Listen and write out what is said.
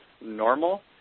normal